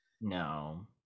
no